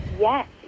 Yes